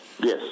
yes